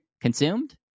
consumed